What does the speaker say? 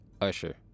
Usher